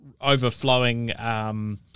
overflowing